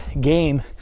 game